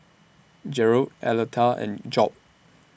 Gearld Aleta and Job